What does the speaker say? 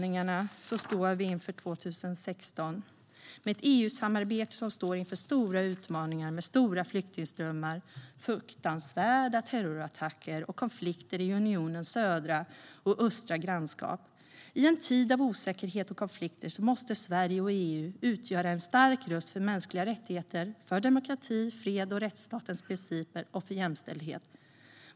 Inför 2016 står vi och EU-samarbetet inför stora utmaningar med stora flyktingströmmar, fruktansvärda terrorattacker och konflikter i unionens södra och östra grannskap. I en tid av osäkerhet och konflikter måste Sverige och EU utgöra en stark röst för mänskliga rättigheter, demokrati, fred, rättsstatens principer och jämställdhet.